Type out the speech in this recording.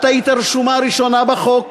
את היית הרשומה הראשונה בחוק,